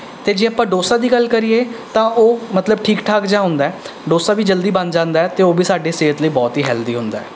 ਅਤੇ ਜੇ ਆਪਾਂ ਡੋਸਾ ਦੀ ਗੱਲ ਕਰੀਏ ਤਾਂ ਉਹ ਮਤਲਬ ਠੀਕ ਠਾਕ ਜਿਹਾ ਹੁੰਦਾ ਹੈ ਡੋਸਾ ਵੀ ਜਲਦੀ ਬਣ ਜਾਂਦਾ ਹੈ ਅਤੇ ਉਹ ਵੀ ਸਾਡੇ ਸਿਹਤ ਲਈ ਬਹੁਤ ਹੀ ਹੈਲਦੀ ਹੁੰਦਾ ਹੈ